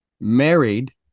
married